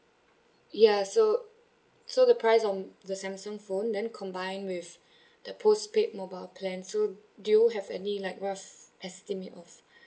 ya so so the price on the samsung phone then combined with the postpaid mobile plan so do you have any like rough estimate of